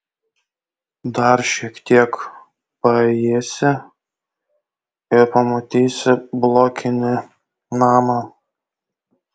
dar šiek tiek paėjėsi ir pamatysi blokinį namą